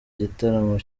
igitaramo